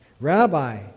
Rabbi